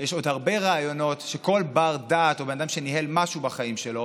יש עוד הרבה רעיונות שכל בר-דעת או בן אדם שניהל משהו בחיים שלו